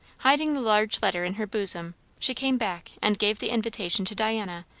hiding the large letter in her bosom, she came back and gave the invitation to diana,